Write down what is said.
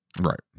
Right